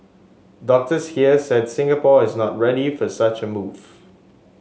doctors here said Singapore is not ready for such a move